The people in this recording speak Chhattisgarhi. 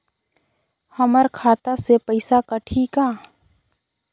हमर खाता से पइसा कठी का?